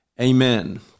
Amen